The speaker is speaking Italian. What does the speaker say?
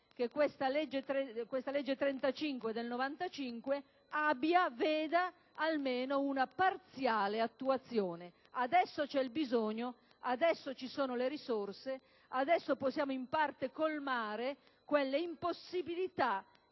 che la legge n. 35 del 1995 veda almeno una parziale attuazione: adesso c'è il bisogno, adesso ci sono le risorse, adesso possiamo in parte colmare l'impossibilità